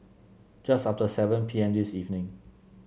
just after seven P M this evening